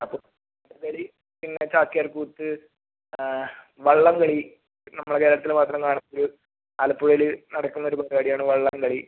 അപ്പോൾ കഥകളി പിന്നെ ചാക്ക്യാർകൂത്ത് വള്ളംകളി നമ്മുടെ കേരളത്തിൽ മാത്രം കാണുന്നൊരു ആലപ്പുഴയിൽ നടക്കുന്ന ഒരു പരിപാടിയാണ് വള്ളംകളി